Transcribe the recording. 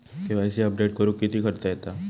KYC update करुक किती खर्च येता?